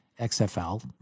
XFL